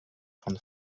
von